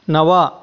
नव